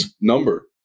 number